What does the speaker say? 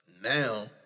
now